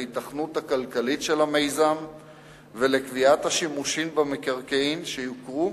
להיתכנות הכלכלית של המיזם ולקביעת השימושים במקרקעין שיוכרו